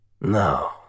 No